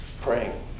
praying